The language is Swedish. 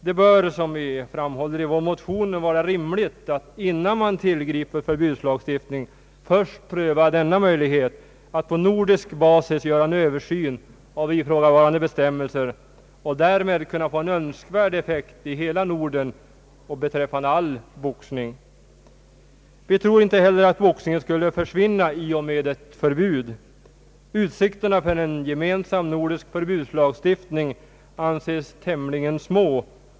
Det bör, som vi framhåller i vår motion, vara rimligt att innan man tillgriper förbudslagstiftning först pröva möjligheten att på nordisk basis göra en översyn av ifrågavarande bestämmelser och därmed få en önskvärd effekt i hela Norden och beträffande all boxning. Vi tror inte heller att boxningen skulle försvinna i och med ett förbud. Utsikterna för en gemensam nordisk förbudslagstiftning anses tämligen små.